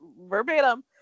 verbatim